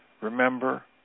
Remember